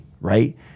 Right